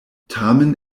tamen